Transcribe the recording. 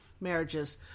marriages